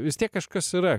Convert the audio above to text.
vis tiek kažkas yra